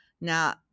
Now